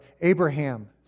Abraham